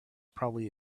probably